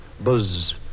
buzz